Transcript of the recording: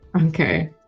Okay